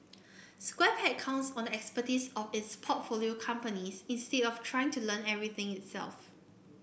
Square Peg counts on the expertise of its portfolio companies instead of trying to learn everything itself